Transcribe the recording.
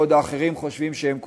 בעוד האחרים חושבים שהם קוצים,